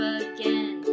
again